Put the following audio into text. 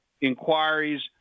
inquiries